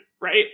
right